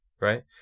Right